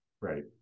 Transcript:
Right